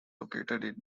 located